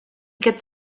gets